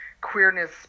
queerness